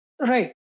Right